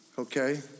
Okay